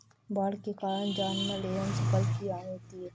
बाढ़ के कारण जानमाल एवं फसल की हानि होती है